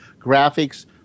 graphics